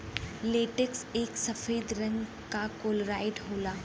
latex एक सफेद रंग क कोलाइड होला